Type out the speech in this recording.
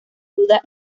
duda